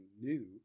new